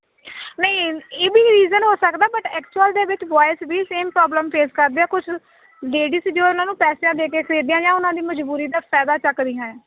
ਨਹੀਂ ਇਹ ਵੀ ਰੀਜਨ ਹੋ ਸਕਦਾ ਬਟ ਐਕਚੁਅਲ ਦੇ ਵਿੱਚ ਬੋਇਸ ਵੀ ਸੇਮ ਪ੍ਰੋਬਲਮ ਫੇਸ ਕਰਦੇ ਆ ਕੁਛ ਲੇਡੀਜ ਜੋ ਉਹਨਾਂ ਨੂੰ ਪੈਸੇ ਦੇ ਕੇ ਖਰੀਦੀਆਂ ਆਂ ਉਹਨਾਂ ਦੀ ਮਜਬੂਰੀ ਦਾ ਫਾਇਦਾ ਚੁੱਕ ਰਹੀਆਂ ਆਂ